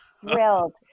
thrilled